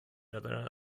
other